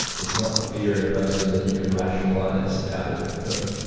it's not fear in a person that you can rationalise out of them,